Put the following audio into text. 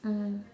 mm